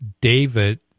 David